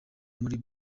muri